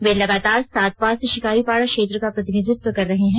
वे लगातार सात बार से शिकारीपाडा क्षेत्र का प्रतिनिधित्व कर रहे हैं